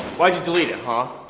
why'd you delete it huh?